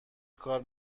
کار